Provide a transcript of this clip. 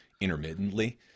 intermittently